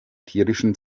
tierischen